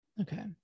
Okay